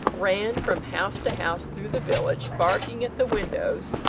ran from house to house through the village, barking at the windows,